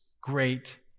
great